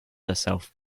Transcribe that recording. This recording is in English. herself